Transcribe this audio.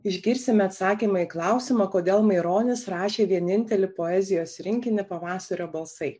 išgirsime atsakymą į klausimą kodėl maironis rašė vienintelį poezijos rinkinį pavasario balsai